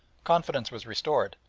confidence was restored,